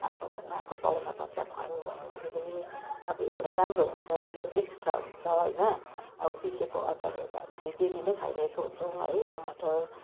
आफ्नो घरमा आएको पाहुनापातलाई खुवायौँ भने पनि अब एउटा राम्रो हुन्छ यो एक्सट्रा हुन्छ होइन अब पिसेको अचारहरू त हामीले डेली नै खाइरहेको हुन्छौँ है टमाटर